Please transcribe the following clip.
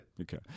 Okay